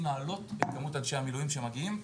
לעלות את כמות אנשי המילואים שמגיעים.